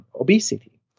obesity